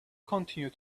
continue